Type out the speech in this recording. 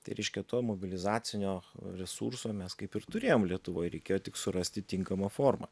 tai reiškia to mobilizacinio resurso mes kaip ir turėjom lietuvoj reikėjo tik surasti tinkamą formą